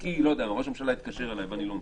כי ראש הממשלה התקשר אליו והוא לא מבטל.